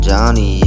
Johnny